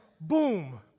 boom